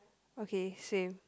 okay same